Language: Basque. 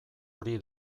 hori